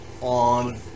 on